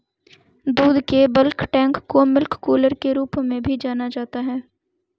दूध के bulk tank को मिल्क कूलर के रूप में भी जाना जाता है